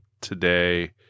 today